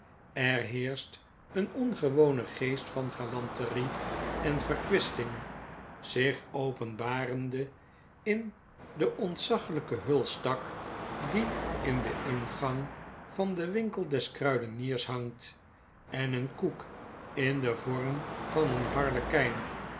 er heerscht een ongewone geest van galanterie en verkwisting zich openbarende in den ontzaglpen hulsttak die in den ingang van den winkel des kruideniers hangt en een koek in den vorm van een harlekjjn